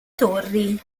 torri